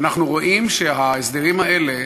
ואנחנו רואים שההסדרים האלה,